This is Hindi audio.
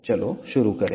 चलो शुरू करें